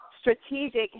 strategic